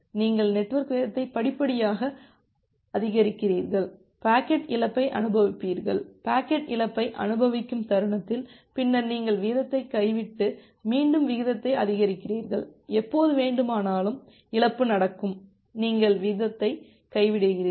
நீங்கள் நெட்வொர்க் வீதத்தை படிப்படியாக அதிகரிக்கிறீர்கள் பாக்கெட் இழப்பை அனுபவிப்பீர்கள் பாக்கெட் இழப்பை அனுபவிக்கும் தருணத்தில் பின்னர் நீங்கள் வீதத்தை கைவிட்டு மீண்டும் விகிதத்தை அதிகரிக்கிறீர்கள் எப்போது வேண்டுமானாலும் இழப்பு நடக்கும் நீங்கள் வீதத்தை கைவிடுவீர்கள்